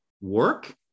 work